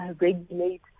regulate